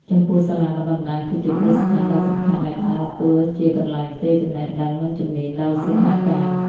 ចំពោះសាលាបណ្តុះបណ្តាលគឺជាគ្រឹះស្ថានដ៏សំខាន់ដែលដើរតួជាកន្លែងផ្ទេរចំណេះដឹង និងជំនាញដល់សិក្ខាកាម។